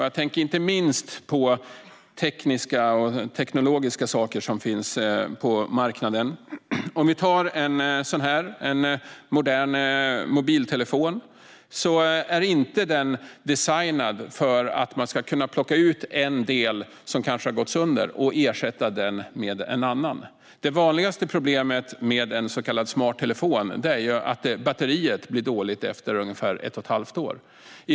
Jag tänker inte minst på tekniska saker på marknaden. Låt oss titta på en modern mobiltelefon. Den är inte designad för att man ska kunna plocka ut en del som kanske har gått sönder och ersätta den med en annan. Det vanligaste problemet med en så kallad smart telefon är att batteriet blir dåligt efter ungefär ett och ett halvt år.